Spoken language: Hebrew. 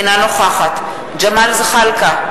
אינה נוכחת ג'מאל זחאלקה,